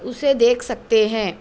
اسے دیکھ سکتے ہیں